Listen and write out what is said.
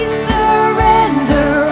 surrender